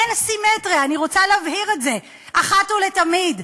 אין סימטריה, אני רוצה להבהיר את זה אחת ולתמיד: